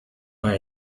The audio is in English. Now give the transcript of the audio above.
buy